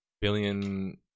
billion